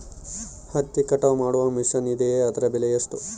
ಹತ್ತಿ ಕಟಾವು ಮಾಡುವ ಮಿಷನ್ ಇದೆಯೇ ಅದರ ಬೆಲೆ ಎಷ್ಟು?